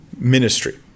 Ministry